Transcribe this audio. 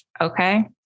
Okay